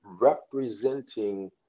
Representing